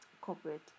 corporate